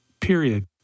period